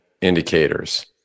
indicators